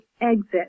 exit